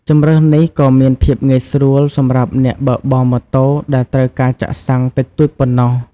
ជម្រើសនេះក៏មានភាពងាយស្រួលសម្រាប់អ្នកបើកបរម៉ូតូដែលត្រូវការចាក់សាំងតិចតួចប៉ុណ្ណោះ។